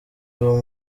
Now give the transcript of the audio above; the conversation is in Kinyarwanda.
uwo